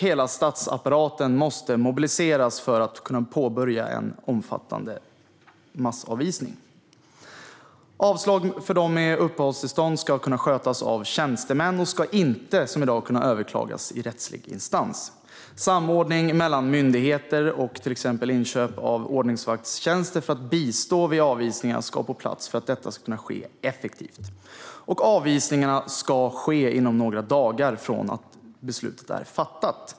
Hela statsapparaten måste mobiliseras för att vi ska kunna påbörja en omfattande massavvisning. Avslag för dem med uppehållstillstånd ska skötas av tjänstemän och ska inte, som i dag, kunna överklagas i rättslig instans. Samordning mellan myndigheter och till exempel inköp av ordningsvaktstjänster för att bistå vid avvisningar ska komma på plats för att detta ska kunna ske effektivt, och avvisningarna ska ske inom några dagar från att beslutet är fattat.